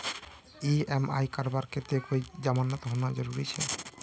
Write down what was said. EMI करवार केते कोई जमानत होना जरूरी छे?